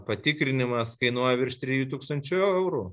patikrinimas kainuoja virš trijų tūkstančių eurų